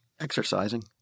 Exercising